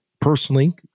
personally